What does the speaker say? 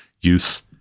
youth